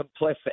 complicit